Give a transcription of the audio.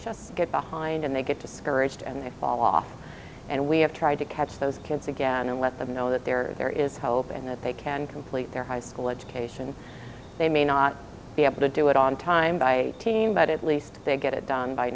just get behind and they get discouraged and they fall off and we have tried to catch those kids again and let them know that they're there is help and that they can complete their high school education they may not be able to do it on time by a team but at least they get it done by